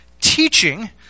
teaching